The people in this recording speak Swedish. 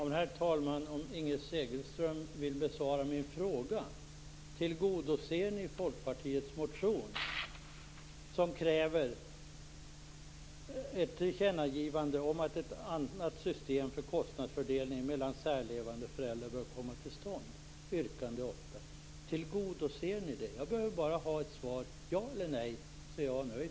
Herr talman! Om Inger Segelström ville besvara min fråga! Tillgodoser ni yrkande 8 i Folkpartiets motion, som kräver ett tillkännagivande om att ett annat system för kostnadsfördelning mellan särlevande föräldrar bör komma till stånd? Tillgodoser ni detta? Jag behöver bara ha ett svar, ja eller nej, så är jag nöjd.